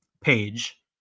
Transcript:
page